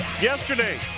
Yesterday